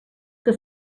que